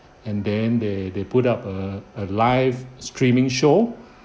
and then they they put up a a live streaming show